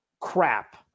crap